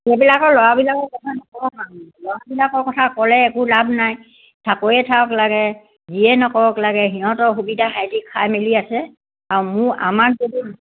সেইবিলাকৰ ল'ৰা বিলাকৰ কথা ল'ৰা বিলাকৰ কথা ক'লে একো লাভ নাই লাগে যিয়ে নকৰক লাগে সিহঁতৰ সুবিধা খিহঁতি খাই মেলি আছে আৰু মোৰ আমাৰ যদি